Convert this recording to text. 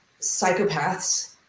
psychopaths